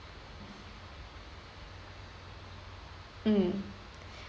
mm